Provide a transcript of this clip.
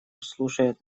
слушает